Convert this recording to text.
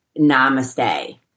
namaste